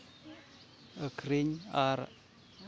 ᱟᱹᱠᱷᱨᱤᱧ ᱟᱨ